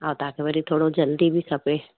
हा तव्हांखे वरी थोरो जल्दी बि खपे